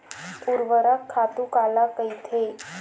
ऊर्वरक खातु काला कहिथे?